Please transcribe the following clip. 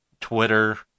Twitter